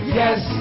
yes